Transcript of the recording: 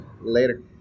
Later